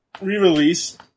re-release